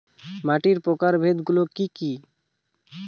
মাটির প্রকারভেদ গুলো কি কী?